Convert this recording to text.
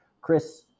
Chris